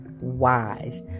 wise